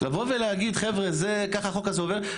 לבוא ולהגיד, חבר'ה, ככה החוק הזה עובר?